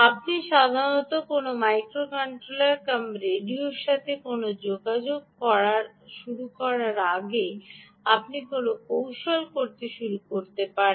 আপনি সাধারণত কোনও মাইক্রো কন্ট্রোলার অথবা রেডিওর সাথে কোনও যোগাযোগ করা শুরু করার আগে আপনি কোনও কৌশল করতে শুরু করতে পারেন